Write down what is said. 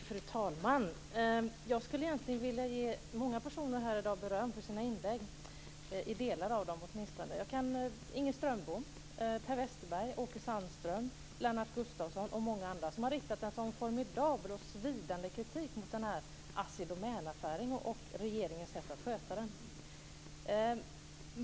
Fru talman! Jag skulle vilja ge många personer här i dag beröm för sina inlägg, åtminstone i delar av dem: Inger Strömbom, Per Westerberg, Åke Sandström, Lennart Gustavsson och många andra, som har riktat en så formidabel och svidande kritik mot Assi Domänaffären och regeringens sätt att sköta den.